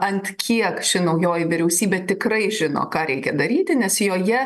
ant kiek ši naujoji vyriausybė tikrai žino ką reikia daryti nes joje